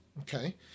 Okay